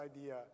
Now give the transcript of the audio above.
idea